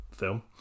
film